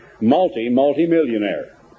multi-multi-millionaire